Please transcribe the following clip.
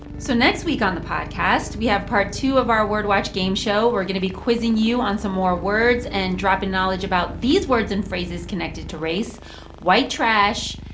so next week on the podcast, we have part two of our word watch game show. we're going to be quizzing you on some more words and dropping knowledge about these words and phrases connected to race white trash,